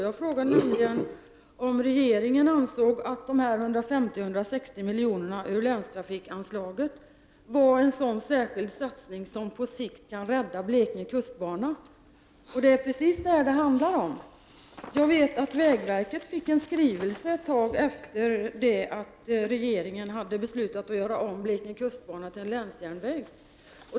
Jag frågade nämligen om regeringen ansåg att de här 150-160 miljonerna ur länstrafikanslaget var en sådan särskild satsning som på sikt kan rädda Blekinge kustbana. Det är precis detta det handlar om. Jag vet att vägverket fick en skrivelse efter det att regeringen hade beslutat att göra om Blekinge kustbana till en länsjärnväg.